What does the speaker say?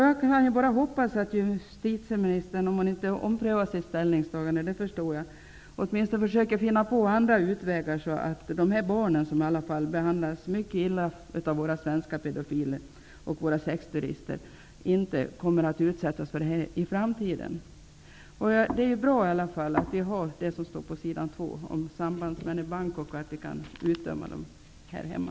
Jag kan bara hoppas att justitieministern, om hon inte omprövar sitt ställningstagande, åtminstone försöker finna andra utvägar så att de här barnen, som behandlas mycket illa av svenska pedofiler och sexturister, inte kommer att bli utsatta i framtiden. Det är i alla fall bra -- som det står i svaret på s. 2 -- detta med sambandsmän i Bangkok och att brottslingarna kan dömas här hemma.